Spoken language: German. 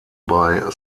bei